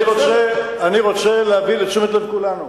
אני רוצה להביא לתשומת לב כולנו,